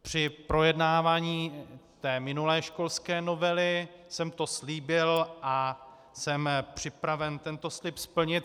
Při projednávání minulé školské novely jsem to slíbil a jsem připraven tento slib splnit.